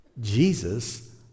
Jesus